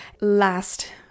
last